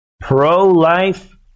pro-life